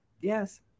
Yes